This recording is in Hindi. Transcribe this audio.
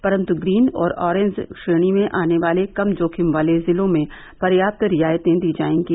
परंत ग्रीन और ऑरेंज श्रेणी में आने वाले कम जोखिम वाले जिलों में प्रयाप्त रियायतें दी जाएंगी